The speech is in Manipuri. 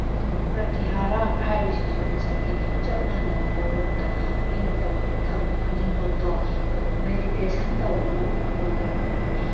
ꯑꯗꯨꯒ ꯄ꯭ꯔꯇꯤꯍꯔꯥ ꯍꯥꯏꯔꯤꯁꯤꯁꯨ ꯉꯁꯥꯏꯒꯤ ꯆꯞ ꯃꯥꯟꯅꯕ ꯃꯑꯣꯡꯗ ꯑꯩꯅ ꯇꯧꯔꯤꯕ ꯊꯕꯛ ꯈꯨꯗꯤꯡꯃꯛꯇꯣ ꯃꯗꯨ ꯃꯦꯗꯤꯇꯦꯁꯟ ꯇꯧꯕ ꯉꯝꯅꯕ ꯍꯣꯠꯅꯔꯛꯄꯅꯦꯕ